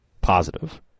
positive